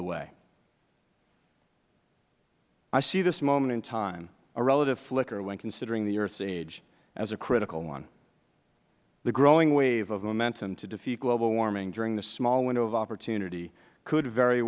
the way i see this moment in time a relative flicker when considering the earth's age as a critical one the growing wave of momentum to defeat global warming during this small window of opportunity could very